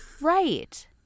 Right